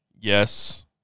yes